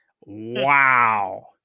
Wow